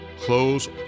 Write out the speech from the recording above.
close